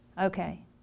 okay